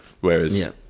whereas